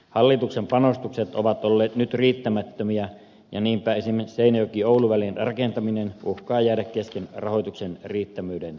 hallituksen panostukset ovat olleet nyt riittämättömiä ja niinpä esimerkiksi seinäjokioulu välin rakentaminen uhkaa jäädä kesken rahoituksen riittämättömyyden takia